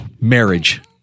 Marriage